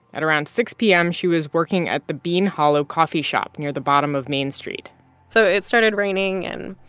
at around six p m, she was working at the bean hollow coffee shop near the bottom of main street so it started raining. and,